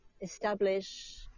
establish